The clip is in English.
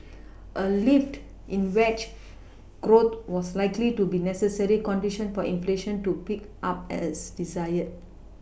a lift in wage growth was likely to be necessary condition for inflation to pick up as desired